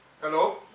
Hello